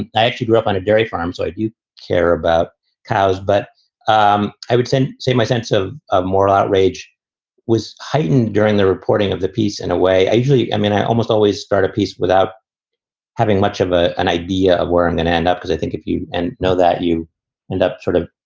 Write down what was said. and i actually grew up on a dairy farm, so i'd you care about cows, but um i would say say my sense of of moral outrage was heightened during the reporting of the piece. in a way, i usually i mean, i almost always start a piece without having much of ah an idea of where i'm going to end up, because i think if you and know that, you end up sort of.